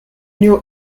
new